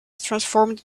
transformed